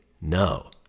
No